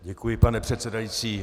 Děkuji, pane předsedající.